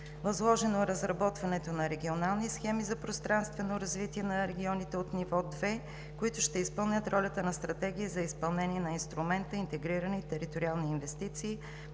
Възложено е разработването на регионалните схеми за пространствено развитие на регионите от ниво 2, които ще изпълнят ролята на стратегия за изпълнение на Инструмента „Интегриране и териториални инвестиции